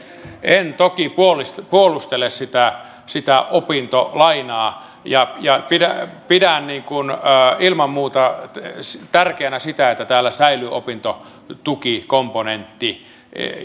en toki puolustele sitä opintolainaa ja pidän ilman muuta tärkeänä sitä että täällä säilyy opintotukikomponentti